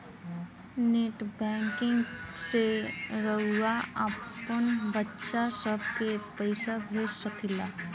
net banking से रउआ आपन बच्चा सभ के पइसा भेज सकिला